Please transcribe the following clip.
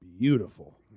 beautiful